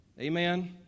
Amen